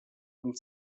und